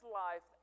life